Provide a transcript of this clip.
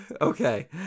Okay